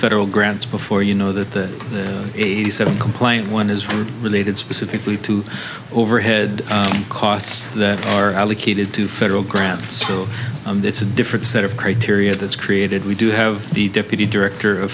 federal grants before you know that the eighty seven complaint one is related specifically to over head costs are allocated to federal grants so it's a different set of criteria that's created we do have the deputy director of